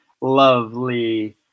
lovely